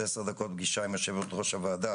עשר דקות פגישה עם יושבת-ראש הוועדה,